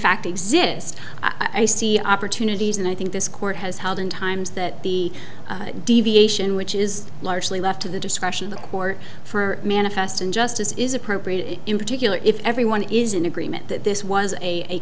fact exist i see opportunities and i think this court has held in times that the deviation which is largely left to the discretion of the court for manifest injustice is appropriate in particular if everyone is in agreement that this was a